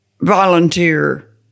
volunteer